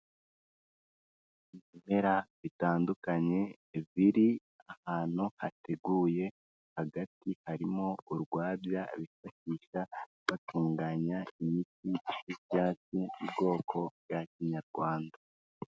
Ibimera bitandukanye biri ahantu hateguye, hagati harimo urwabya, bifashisha batunganya imiti y'ibyatsi mu bwoko bwa kinyarwanda.